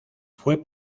fue